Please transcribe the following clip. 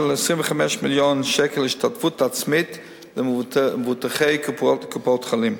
25 מיליון שקל השתתפות עצמית למבוטחי קופות-חולים.